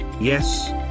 Yes